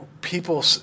people